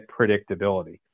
predictability